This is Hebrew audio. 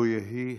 לו יהי.